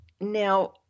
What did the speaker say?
now